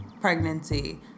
pregnancy